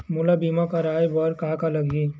मोला बीमा कराये बर का का लगही?